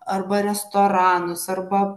arba restoranus arba